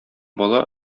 бала